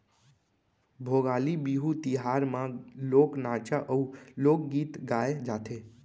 भोगाली बिहू तिहार म लोक नाचा अउ लोकगीत गाए जाथे